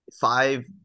five